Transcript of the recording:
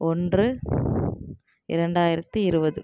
ஒன்று இரண்டாயிரத்து இருபது